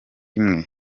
rimwe